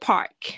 Park